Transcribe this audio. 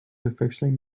officially